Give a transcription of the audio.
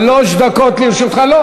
שלוש דקות לרשותך.